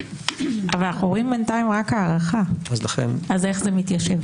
אבל אנחנו רואים בינתיים רק הארכה איך זה מתיישב?